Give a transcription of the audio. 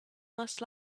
must